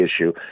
issue